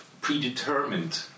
predetermined